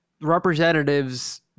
representatives